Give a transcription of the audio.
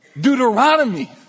Deuteronomy